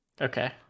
Okay